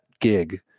gig